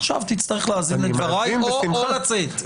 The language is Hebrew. עכשיו תצטרך להאזין לדבריי או לצאת.